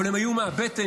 אבל היו מהבטן,